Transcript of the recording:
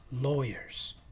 lawyers